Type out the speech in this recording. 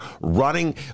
running